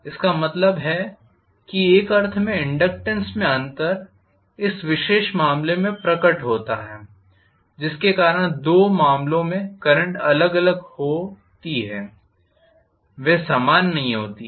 इसका मतलब है कि एक अर्थ में इनडक्टेन्स में अंतर इस विशेष मामले में प्रकट होता है जिसके कारण दो मामलों में करंट अलग अलग होती हैं वे समान नहीं होती हैं